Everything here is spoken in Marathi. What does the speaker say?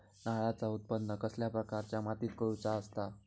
नारळाचा उत्त्पन कसल्या प्रकारच्या मातीत करूचा असता?